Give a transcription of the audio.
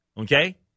Okay